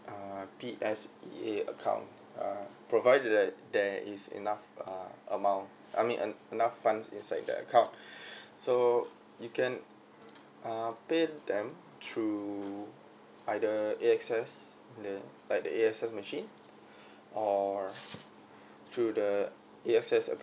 uh PSEA account uh provided that there is enough uh amount I mean enough fund inside the account so you can uh pay them through either AXS li~ like AXS machine or through the AXS